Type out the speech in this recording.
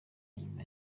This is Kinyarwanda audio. nyuma